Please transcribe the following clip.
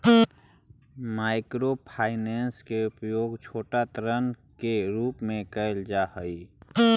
micro finance के उपयोग छोटा ऋण के रूप में कैल जा हई